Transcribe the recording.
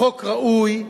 החוק ראוי,